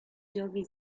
giochi